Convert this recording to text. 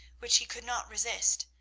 which he could not resist,